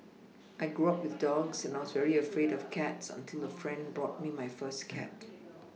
I grew up with dogs and I was very afraid of cats until a friend bought me my first cat